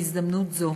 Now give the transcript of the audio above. בהזדמנות זאת